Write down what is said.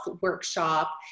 workshop